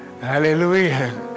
Hallelujah